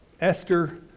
Esther